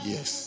Yes